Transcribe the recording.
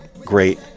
great